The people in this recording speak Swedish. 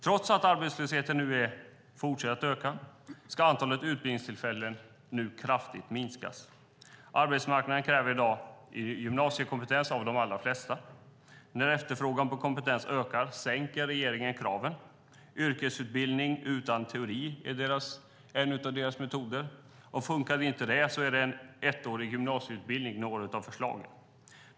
Trots att arbetslösheten fortsätter att öka ska antalet utbildningstillfällen nu kraftigt minskas. Arbetsmarknaden kräver i dag gymnasiekompetens av de allra flesta, men när efterfrågan på kompetens ökar sänker regeringen kraven. Yrkesutbildning utan teori är en av deras metoder, och funkar inte det är en ettårig gymnasieutbildning ett av förslagen.